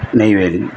Neyveli